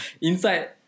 inside